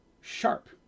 sharp